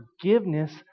forgiveness